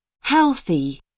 Healthy